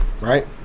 right